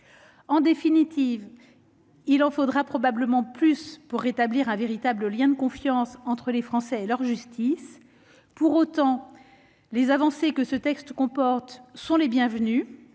En définitive, il en faudra probablement plus pour rétablir un véritable lien de confiance entre les Français et leur justice. Pour autant, les avancées que ce texte comporte sont les bienvenues.